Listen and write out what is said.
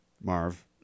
Marv